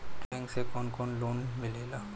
Bank से कौन कौन लोन मिलेला?